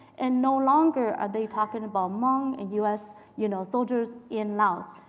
and no longer are they talking about hmong and us you know soldiers in laos.